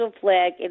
flag